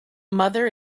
mother